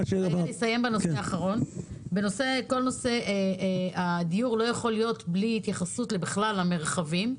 בכל נושא הדיור צריך להתייחס גם למרחבים.